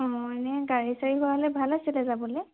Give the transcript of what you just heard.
অঁ এনেই গাড়ী চাড়ী হোৱা হ'লে ভাল আছিলে যাবলৈ